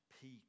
peak